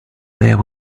there